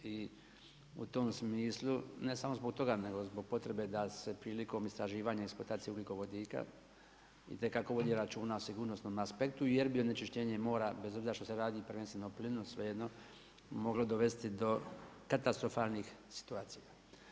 I u tom smislu, ne samo zbog toga, nego zbog potrebe da se prilikom istraživanja i eksploatacije ugljikovodika itekako vodi računa o sigurnosnom aspektu jer bi onečišćenje mora, bez obzira što se radi prvenstveno o plinu svejedno moglo dovesti do katastrofalnih situacija.